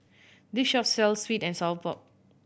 this shop sells sweet and sour pork